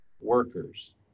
workers